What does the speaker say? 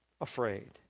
afraid